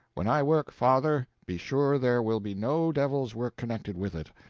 when i work, father, be sure there will be no devil's work connected with it.